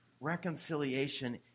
reconciliation